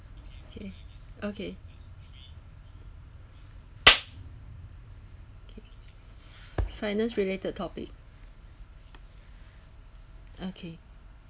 okay okay okay finance related topic okay